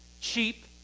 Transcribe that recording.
cheap